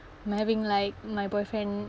um having like my boyfriend